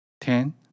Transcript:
Ten